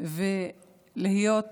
ולהיות